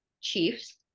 chiefs